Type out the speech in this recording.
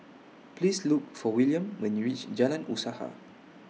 Please Look For William when YOU REACH Jalan Usaha